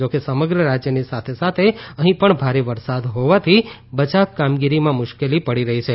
જોકે સમગ્ર રાજયની સાથે સાથે અહી પણ ભારે વરસાદ હોવાથી બચાવ કામગીરીમાં મુશ્કેલી પડી રહી છે